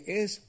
es